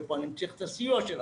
ופה אני צריך את הסיוע שלכם.